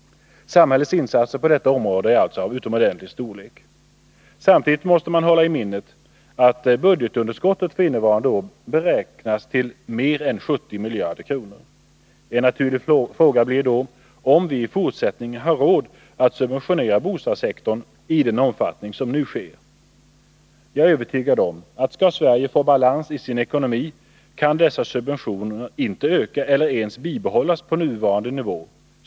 Samhällets insatser på detta område är alltså av utomordentlig storlek. Samtidigt måste man hålla i minnet att budgetunderskottet för innevarande år beräknas till mer än 70 miljarder kronor. En naturlig fråga blir då om vi i fortsättningen har råd att subventionera bostadssektorn i den omfattning som nu sker. Jag är övertygad om att skall Sverige få balans i sin ekonomi, kan dessa subventioner inte öka eller ens bibehållas på nuvarande nivå.